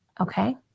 okay